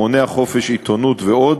מונע חופש עיתונות ועוד.